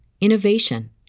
innovation